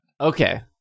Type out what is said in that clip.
Okay